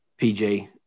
PJ